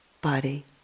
body